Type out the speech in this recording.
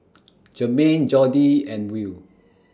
Jermain Jordi and Will